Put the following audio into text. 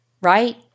right